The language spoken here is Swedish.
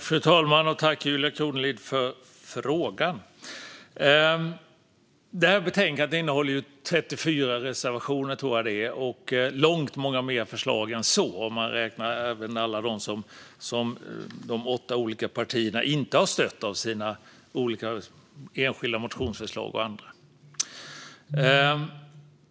Fru talman! Tack för frågan, Julia Kronlid! Det här betänkandet innehåller 34 reservationer, tror jag, och långt fler förslag än så om man även räknar alla de enskilda motionsförslag och andra förslag som de åtta olika partierna inte har stöttat.